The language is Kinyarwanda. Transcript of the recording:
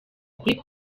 ukuri